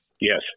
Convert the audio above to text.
Yes